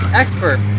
expert